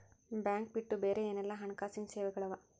Bank ಬಿಟ್ಟು ಬ್ಯಾರೆ ಏನೆಲ್ಲಾ ಹಣ್ಕಾಸಿನ್ ಸೆವೆಗಳವ?